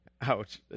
ouch